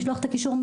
לשלוח את הקישור.